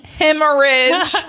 hemorrhage